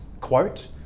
quote